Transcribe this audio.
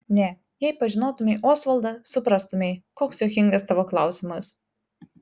ne jei pažinotumei osvaldą suprastumei koks juokingas tavo klausimas